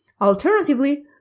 Alternatively